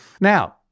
Now